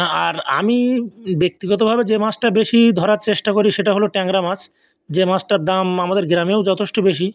আর আমি ব্যক্তিগতভাবে যে মাছটা বেশি ধরার চেষ্টা করি সেটা হলো ট্যাংরা মাছ যে মাছটার দাম আমাদের গ্রামেও যথেষ্ট বেশি